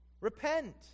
repent